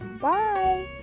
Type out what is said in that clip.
Bye